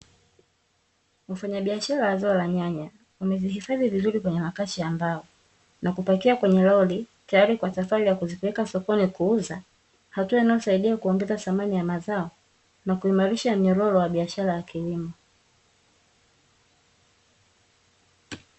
Wafanyabiashara wa zao la nyanya, wamezihifadhi vizuri kwenye makasha ya mbao na kupakia kwenye lori tayari kwa safari ya kuzipeleka sokoni kuuza, hatua inayosaidia kuongeza thamani ya mazao, na kuimarisha mnyororo wa biashara ya kilimo.